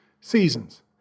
Seasons